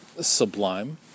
sublime